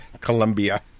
Colombia